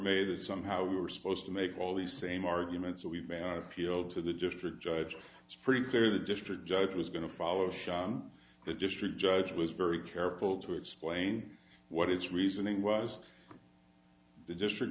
made that somehow we were supposed to make all the same arguments that we've been appealed to the district judge it's pretty clear the district judge was going to follow show the district judge was very careful to explain what it's reasoning was the district